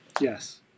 Yes